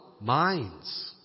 minds